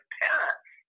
parents